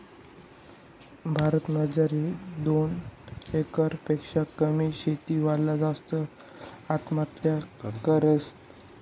भारत मजार दोन एकर पेक्शा कमी शेती वाला जास्त आत्महत्या करतस